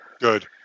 Good